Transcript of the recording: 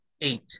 eight